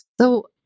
So-